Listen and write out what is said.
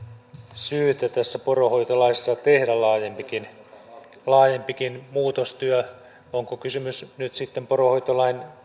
syytä tässä poronhoitolaissa tehdä laajempikin muutostyö on nyt sitten kysymys poronhoitolain